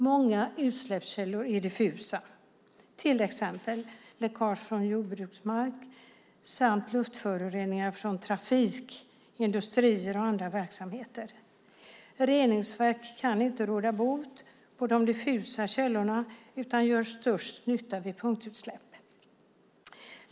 Många utsläppskällor är diffusa, till exempel läckage från jordbruksmark och luftföroreningar från trafik, industrier och andra verksamheter. Reningsverk kan inte råda bot på de diffusa källorna utan gör störst nytta vid punktutsläpp.